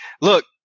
Look